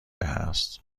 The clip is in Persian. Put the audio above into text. است